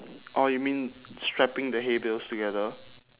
orh you mean strapping the hay bales together